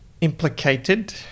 implicated